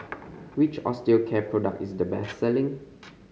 which Osteocare product is the best selling